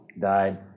Died